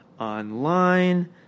online